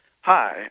Hi